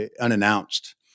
unannounced